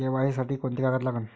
KYC साठी कोंते कागद लागन?